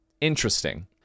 interesting